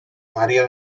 maría